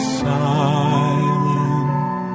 silent